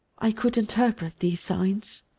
i could interpret these signs.